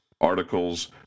articles